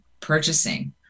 purchasing